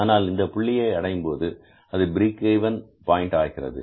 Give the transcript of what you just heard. ஆனால் இந்தப் புள்ளிக்கு அடையும்போது அது பிரேக் இவென் பாயின்ட் ஆகிறது